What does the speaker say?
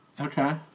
Okay